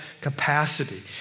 capacity